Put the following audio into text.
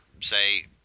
say